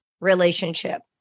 relationship